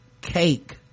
cake